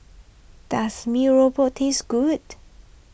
does Mee Rebus taste good